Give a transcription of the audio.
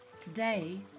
Today